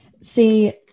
see